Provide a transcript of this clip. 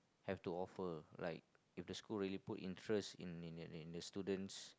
have to offer like if the school really put interest in in in in the students